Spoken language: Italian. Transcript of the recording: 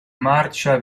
marcia